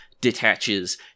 detaches